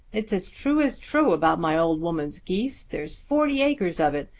it's as true as true about my old woman's geese. there's forty acres of it.